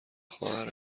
خواهر